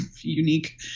unique